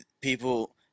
people